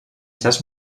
jazz